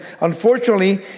unfortunately